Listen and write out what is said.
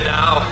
now